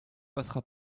passera